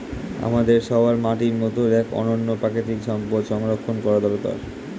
আমাদের সবার মাটির মতো এক অনন্য প্রাকৃতিক সম্পদ সংরক্ষণ করা দরকার